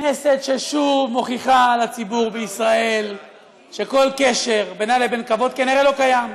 כנסת ששוב מוכיחה לציבור שכל קשר בינה ובין כבוד כנראה לא קיים,